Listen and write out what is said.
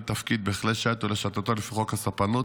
תפקיד בכלי שיט או להשטתו לפי חוק הספנות,